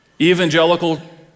evangelical